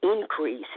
Increase